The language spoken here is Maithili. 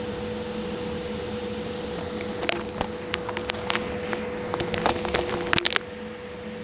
बिना जोखिम के पूंजी खड़ा नहि करलो जावै पारै